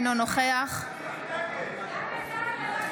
אמצע הצבעה עכשיו, די.